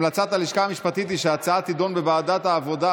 המלצת הלשכה המשפטית היא שההצעה תידון בוועדת העבודה,